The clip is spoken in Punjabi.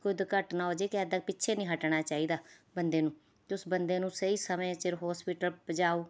ਕੋਈ ਦੁਰਘਟਨਾ ਹੋ ਜੇ ਕਿ ਇੱਦਾਂ ਪਿੱਛੇ ਨਹੀਂ ਹੱਟਣਾ ਚਾਹੀਦਾ ਬੰਦੇ ਨੂੰ ਅਤੇ ਉਸ ਬੰਦੇ ਨੂੰ ਸਹੀ ਸਮੇਂ ਸਿਰ ਹੌਸਪੀਟਲ ਪਹੁੰਚਾਓ